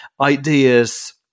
ideas